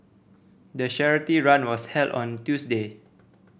the charity run was held on a Tuesday